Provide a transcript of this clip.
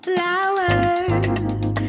Flowers